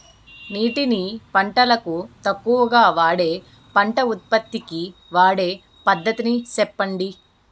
నీటిని పంటలకు తక్కువగా వాడే పంట ఉత్పత్తికి వాడే పద్ధతిని సెప్పండి?